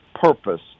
purpose